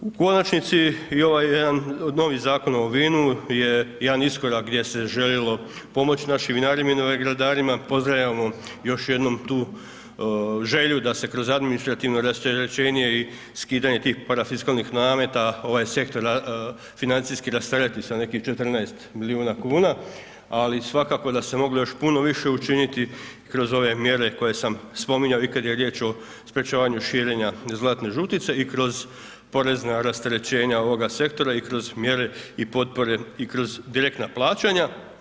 U konačnici i ovaj jedan, od novih Zakona o vinu je jedan iskorak gdje se željelo pomoći našim vinarima i vinogradarima, pozdravljamo još jednom tu želju da se kroz administrativno rasterećenje i skidanje tih parafiskalnih nameta, ovaj sektor financijski rastereti sa nekih 14 milijuna kuna, ali svakako da se moglo još puno više učiniti kroz ove mjere koje sam spominjao, i kad je riječ o sprječavanju širenja zlatne žutice, i kroz porezna rasterećenja ovoga sektora, i kroz mjere i potpore, i kroz direktna plaćanja.